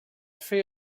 fer